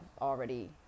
already